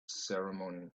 ceremony